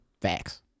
Facts